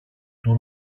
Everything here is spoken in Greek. του